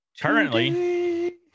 currently